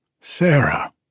Sarah